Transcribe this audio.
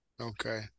Okay